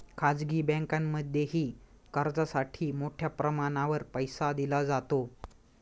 खाजगी बँकांमध्येही कर्जासाठी मोठ्या प्रमाणावर पैसा दिला जातो